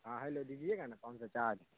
ہاں ہیلو دیجیے گا نا پانچ سو چارج